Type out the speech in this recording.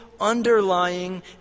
underlying